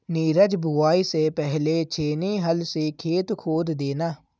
नीरज बुवाई से पहले छेनी हल से खेत खोद देना